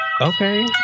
Okay